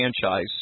franchise